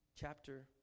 chapter